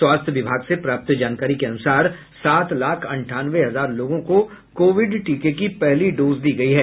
स्वास्थ्य विभाग से प्राप्त जानकारी के अनुसार सात लाख अंठानवे हजार लोगों को कोविड टीके की पहली डोज दी गयी है